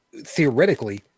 theoretically